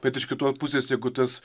bet iš kitos pusės jeigu tas